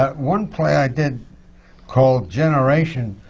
ah one play i did called generation,